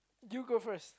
you go first